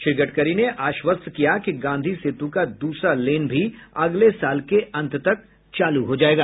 श्री गडकरी ने आश्वस्त किया कि गांधी सेतु का दूसरा लेन भी अगले साल के अंत तक चालू हो जायेगा